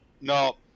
No